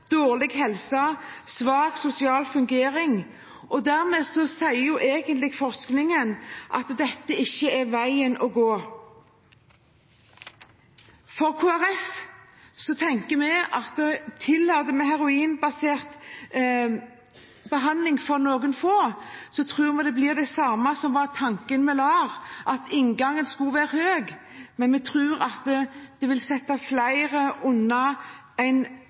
dårlig helse og svak sosial funksjon. Dermed sier egentlig forskningen at dette ikke er veien å gå. Kristelig Folkeparti tenker at tillater vi heroinbasert behandling for noen få, tror vi det blir det samme som var tanken med LAR, at inngangen skulle være høy, men vi tror at det vil sette flere i en